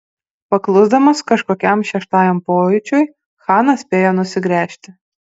paklusdamas kažkokiam šeštajam pojūčiui chanas spėjo nusigręžti